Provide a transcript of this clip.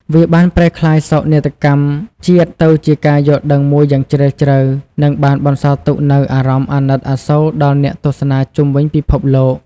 វាបានប្រែក្លាយសោកនាដកម្មជាតិទៅជាការយល់ដឹងមួយយ៉ាងជ្រាលជ្រៅ និងបានបន្សល់ទុកនូវអារម្មណ៍អាណិតអាសូរដល់អ្នកទស្សនាជុំវិញពិភពលោក។